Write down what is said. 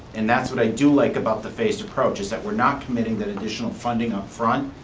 and that's what i do like about the phased approach. is that we're not committing that additional funding upfront,